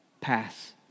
pass